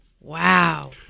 Wow